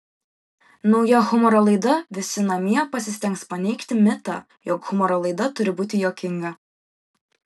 nauja humoro laida visi namie pasistengs paneigti mitą jog humoro laida turi būti juokinga